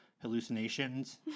hallucinations